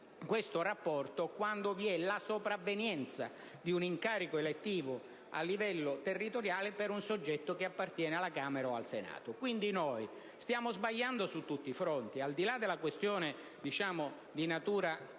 questo rapporto quando vi è la sopravvenienza di un incarico elettivo a livello territoriale per un soggetto che appartiene alla Camera o al Senato. Quindi, stiamo sbagliando su tutti i fronti. Al di là della questione di natura